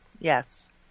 Yes